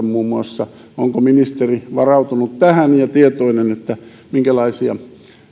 muun muassa näiltä ihmisoikeusjärjestöiltä onko ministeri varautunut tähän ja tietoinen että minkälaisia